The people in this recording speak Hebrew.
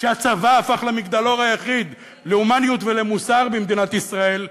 שהצבא הפך למגדלור היחיד להומניות ולמוסר במדינת ישראל,